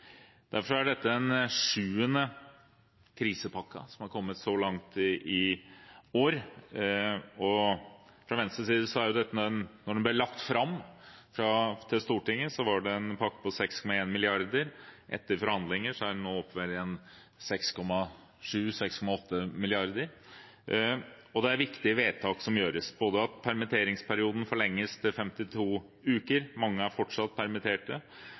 er derfor den sjuende krisepakken som har kommet så langt i år. Da den ble lagt fram for Stortinget, var det en pakke på 6,1 mrd. kr. Etter forhandlinger er den nå oppe i 6,7–6,8 mrd. kr. Det er viktige vedtak som gjøres, både at permitteringsperioden forlenges til 52 uker – mange er fortsatt permittert